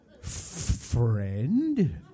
friend